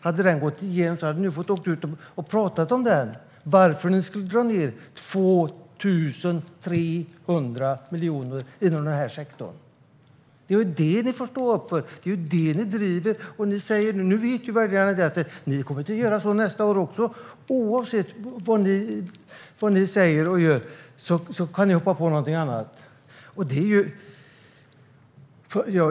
Hade det gått igenom hade ni fått åka ut och tala om varför ni skulle dra ned på den här sektorn med 2 300 miljoner. Det är det ni får stå upp för. Det är det ni driver. Nu vet ju väljarna att ni kommer att göra så nästa år också. Oavsett vad ni säger och gör kan ni hoppa på någonting annat.